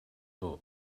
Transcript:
but